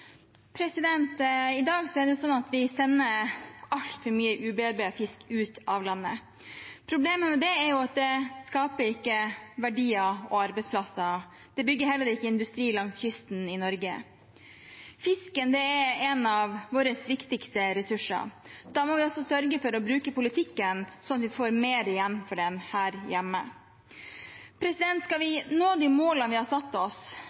at det ikke skaper verdier og arbeidsplasser. Det bygger heller ikke industri langs kysten i Norge. Fisken er en av våre viktigste ressurser, og da må vi også sørge for å bruke politikken slik at vi får mer igjen for den her hjemme. Skal vi nå de målene vi har satt oss